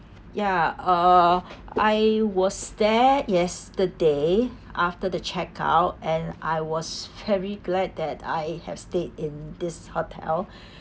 ya uh I was there yesterday after the checkout and I was very glad that I have stayed in this hotel